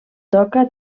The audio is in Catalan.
toca